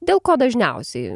dėl ko dažniausiai